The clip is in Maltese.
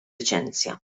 liċenzja